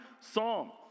psalm